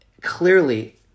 clearly